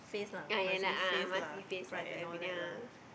ah ya lah a'ah must give face lah to a bit yeah